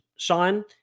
Sean